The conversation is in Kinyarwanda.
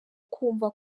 kumva